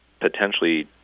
potentially